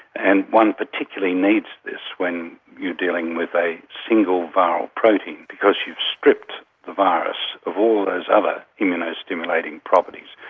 and one particularly needs this when you are dealing with a single viral protein because you've stripped the virus of all those other immuno-stimulating properties,